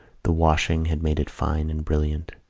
the washing had made it fine and brilliant.